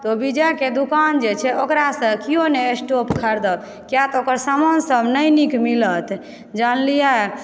तऽ विजयके जे दोकान छै ओकरासँ केओ नहि स्टोप खरीदब कियातऽ ओकर सामान सब नहि नीक मिलत जानलियै